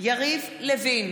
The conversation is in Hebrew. יריב לוין,